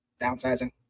downsizing